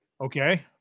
Okay